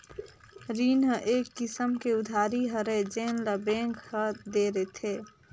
रीन ह एक किसम के उधारी हरय जेन ल बेंक ह दे रिथे